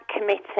committee